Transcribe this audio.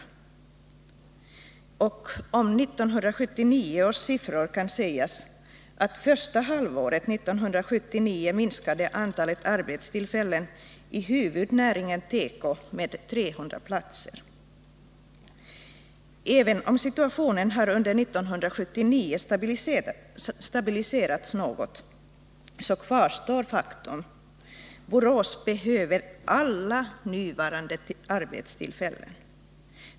Om 1979 års siffror kan sägas att under första halvåret minskade antalet arbetstillfällen i huvudnäringen teko med 300. Även om situationen under 1979 har stabiliserats något, så kvarstår faktum: Borås behöver alla nuvarande arbetstillfällen.